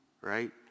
right